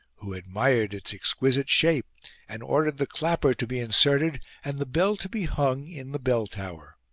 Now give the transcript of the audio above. who admired its exquisite shape and ordered the clapper to be inserted and the bell to be hung in the bell-tower.